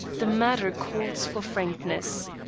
the matter calls for frankness.